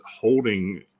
holding